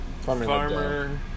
Farmer